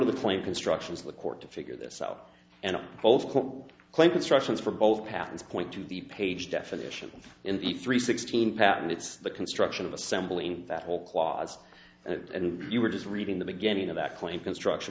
to the claim constructions of the court to figure this out and both claim constructions for both patents point to the page definitions in the three sixteen patent it's the construction of assembling that whole clause and you were just reading the beginning of that claim construction